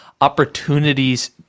opportunities